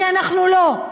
כי אנחנו לא.